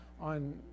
on